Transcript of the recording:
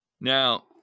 Now